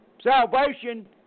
Salvation